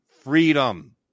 Freedom